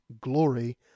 glory